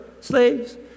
slaves